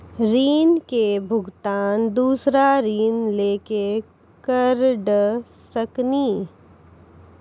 ऋण के भुगतान दूसरा ऋण लेके करऽ सकनी?